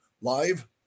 Live